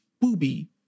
booby